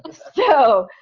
so,